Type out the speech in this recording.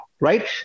right